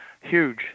huge